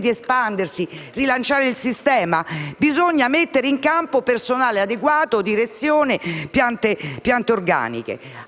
di espandersi e di rilanciare il sistema. Bisogna mettere in campo personale adeguato, direzione e piante organiche.